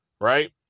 right